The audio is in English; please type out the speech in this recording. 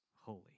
holy